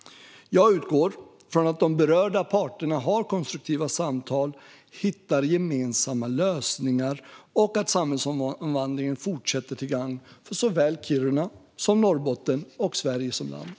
Jag utgår från att de berörda parterna har konstruktiva samtal och hittar gemensamma lösningar och att samhällsomvandlingen fortsätter, till gagn för såväl Kiruna som Norrbotten och Sverige som land.